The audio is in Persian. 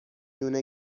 نون